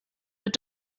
but